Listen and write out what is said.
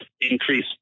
increase